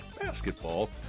basketball